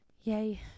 Yay